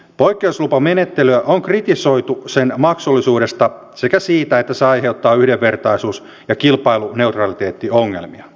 poikkeuslupamenettelyä on kritisoitu sen maksullisuudesta sekä siitä että se aiheuttaa yhdenvertaisuus ja kilpailuneutraliteettiongelmia